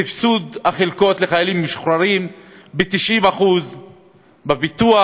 סבסוד החלקות לחיילים משוחררים ב-90% בביטוח,